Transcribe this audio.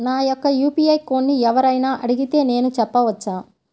నా యొక్క యూ.పీ.ఐ కోడ్ని ఎవరు అయినా అడిగితే నేను చెప్పవచ్చా?